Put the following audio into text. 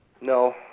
No